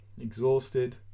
exhausted